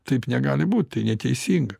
taip negali būt tai neteisinga